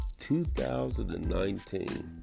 2019